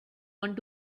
want